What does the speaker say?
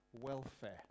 welfare